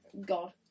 God